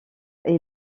est